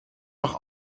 noch